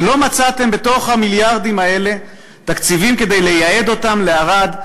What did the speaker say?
ולא מצאתם בתוך המיליארדים האלה תקציבים כדי לייעד אותם לערד,